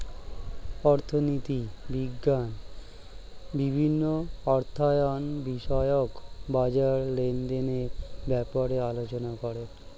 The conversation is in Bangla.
অর্থনীতি বিজ্ঞান বিভিন্ন অর্থায়ন বিষয়ক বাজার লেনদেনের ব্যাপারে আলোচনা করে